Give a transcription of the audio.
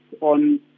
on